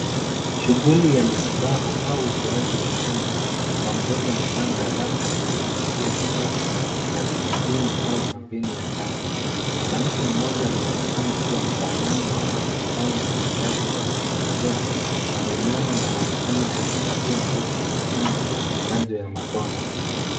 Shughuli ya matibabu au utoaji wa chanjo kwa mtoto mchanga labda katika kituo cha afya cha vijijini au kampeni ya chanjo. Mwanamke mmoja anayeonekana kuwa mtaalamu wa afya au mfanyakazi wa kujitolea ameinama na anaonekana akimpatia mtoto mchanga chanjo ya matone.